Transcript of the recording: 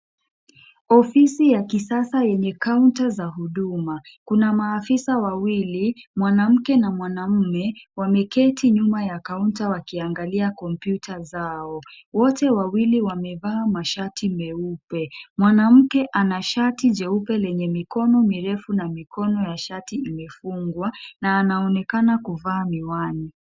Ofisi ya kisasa yenye kaunta za huduma. Kuna maafisa wawili, mwanamke na mwanamume, wameketi nyuma ya kaunta wakiangalia kompyuta zao. Wote wawili wamevaa mashati meupe. Mwanamke ana shati jeupe lenye mikono mirefu na mikono ya shati imefungwa na anaonekana kuvaa miwani.